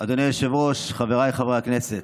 אדוני היושב-ראש, חבריי חברי הכנסת,